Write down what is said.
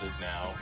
now